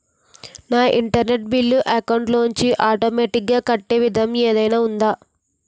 నా internet bill account లోంచి automatic గా కట్టే విధానం ఏదైనా ఉందా?